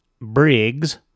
Briggs